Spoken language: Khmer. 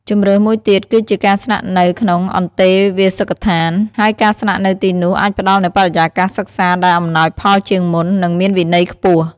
ជម្រើសមួយទៀតគឺជាការស្នាក់នៅក្នុងអន្តេវាសិកដ្ឋាន ហើយការស្នាក់នៅទីនោះអាចផ្តល់នូវបរិយាកាសសិក្សាដែលអំណោយផលជាងមុន និងមានវិន័យខ្ពស់។